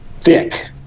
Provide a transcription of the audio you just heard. thick